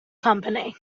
company